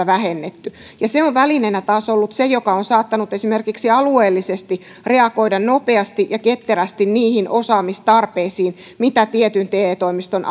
vähennetty se on välineenä taas ollut se joka on saattanut esimerkiksi alueellisesti reagoida nopeasti ja ketterästi niihin osaamistarpeisiin mitä tietyn te toimiston